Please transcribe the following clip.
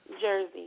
Jersey